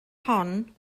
hon